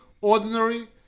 ordinary